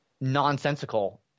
nonsensical